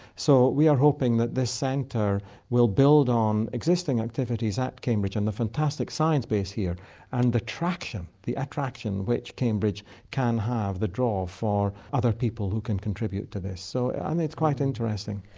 so we are hoping that this centre will build on existing activities at cambridge and the fantastic science base here and the attraction the attraction which cambridge can have, the draw for other people who can contribute to this. so and it's quite interesting.